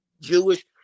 Jewish